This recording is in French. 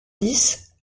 dix